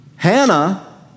Hannah